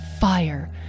Fire